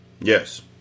yes